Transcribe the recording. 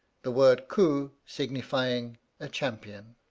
the word cu signifying a champion